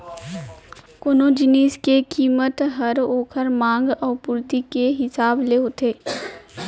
कोनो जिनिस के कीमत हर ओकर मांग अउ पुरती के हिसाब ले होथे